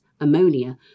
ammonia